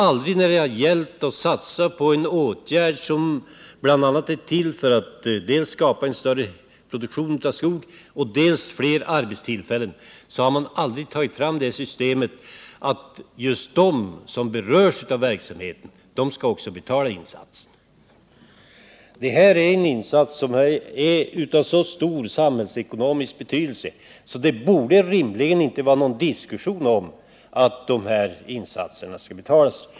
När det gällt att satsa på en åtgärd som är till för att skapa dels en större produktion av skog, dels fler arbetstillfällen har man aldrig tillämpat systemet att just de som berörs av verksamheten också skall betala insatsen. Här är det fråga om en insats som är av så stor samhällsekonomisk betydelse att det rimligen inte borde vara någon diskussion om hur den skall betalas.